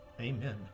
Amen